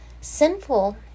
sinful